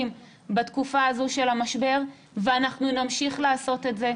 בתקופה הזו של המשבר ואנחנו נמשיך לעשות את זה,